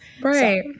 Right